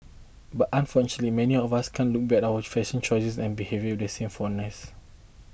but unfortunately many of us can look back at our fashion choices and behaviour the same fondness